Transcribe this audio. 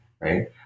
right